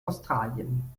australien